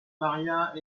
maria